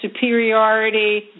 superiority